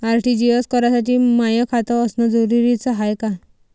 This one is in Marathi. आर.टी.जी.एस करासाठी माय खात असनं जरुरीच हाय का?